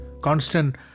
constant